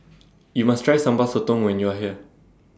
YOU must Try Sambal Sotong when YOU Are here